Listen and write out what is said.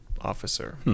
officer